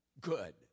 good